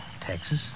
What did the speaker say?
Texas